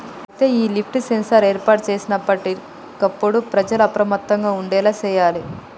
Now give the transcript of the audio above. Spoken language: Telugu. అయితే ఈ లిఫ్ట్ సెన్సార్ ఏర్పాటు సేసి ఎప్పటికప్పుడు ప్రజల అప్రమత్తంగా ఉండేలా సేయాలి